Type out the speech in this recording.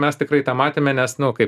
mes tikrai tą matėme nes nu kai